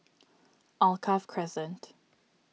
Alkaff Crescent